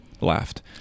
laughed